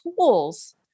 tools